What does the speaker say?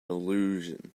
illusion